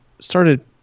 started